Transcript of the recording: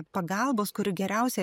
pagalbos kuri geriausiai